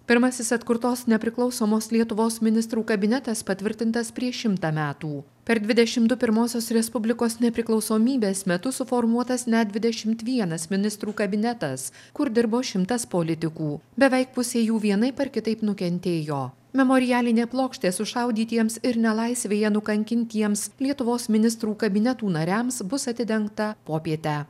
pirmasis atkurtos nepriklausomos lietuvos ministrų kabinetas patvirtintas prieš šimtą metų per dvidešimt du pirmosios respublikos nepriklausomybės metus suformuotas net dvidešimt vienas ministrų kabinetas kur dirbo šimtas politikų beveik pusė jų vienaip ar kitaip nukentėjo memorialinė plokštė sušaudytiems ir nelaisvėje nukankintiems lietuvos ministrų kabinetų nariams bus atidengta popietę